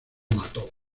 mató